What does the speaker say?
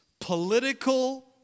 political